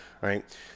right